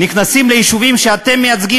נכנסים ליישובים שאתם מייצגים,